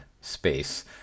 space